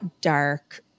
dark